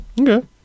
okay